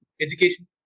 education